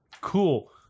cool